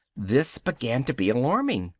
this began to be alarming.